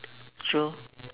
true